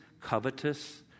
covetous